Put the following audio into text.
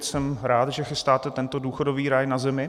Jsem rád, že chystáte tento důchodový ráj na zemi.